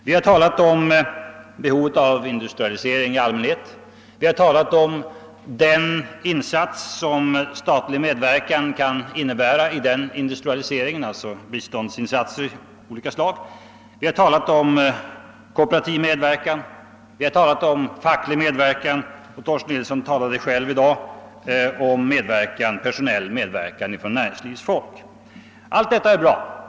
Vi har talat om behovet av industrialisering i allmänhet och vi har talat om den insats, som statlig medverkan kan innebära i den industrialiseringen genom biståndsinsatser av olika slag. Vi har också talat om kooperativ och facklig medverkan, och Torsten Nilsson talade själv i dag om personell medverkan från näringslivets sida.